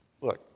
Look